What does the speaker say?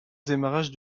démarrage